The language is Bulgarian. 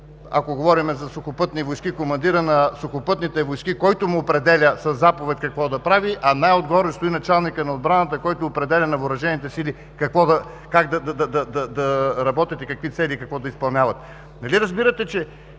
ако говорим за Сухопътни войски – командирът на Сухопътните войски, който му определя със заповед какво да прави, а най-отгоре стои началникът на отбраната, който определя на Въоръжените сили как да работят, какви цели и какво да изпълняват? Нали разбирате, че